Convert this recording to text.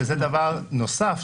שזה דבר נוסף.